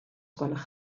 gwelwch